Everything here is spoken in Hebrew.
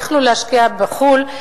יכלו להשקיע בחו"ל,